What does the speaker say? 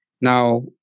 Now